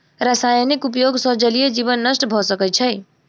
रासायनिक उपयोग सॅ जलीय जीवन नष्ट भ सकै छै